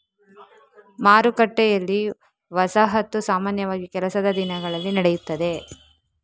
ಮಾರುಕಟ್ಟೆಯಲ್ಲಿ, ವಸಾಹತು ಸಾಮಾನ್ಯವಾಗಿ ಕೆಲಸದ ದಿನಗಳಲ್ಲಿ ನಡೆಯುತ್ತದೆ